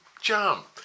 Jump